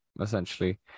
essentially